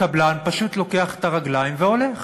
הקבלן פשוט לוקח את הרגליים והולך.